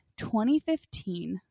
2015